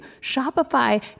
Shopify